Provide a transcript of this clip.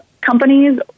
companies